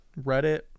reddit